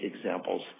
examples